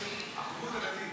ערבות הדדית.